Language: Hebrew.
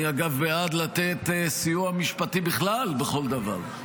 אני, אגב, בעד לתת סיוע משפטי בכלל בכל דבר.